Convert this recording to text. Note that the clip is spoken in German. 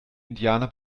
indianer